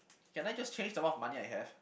can I just change the amount of money I have